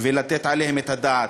ולתת עליהן את הדעת.